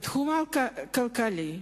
בתחום הכלכלי,